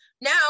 Now